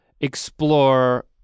explore